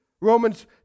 Romans